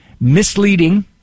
misleading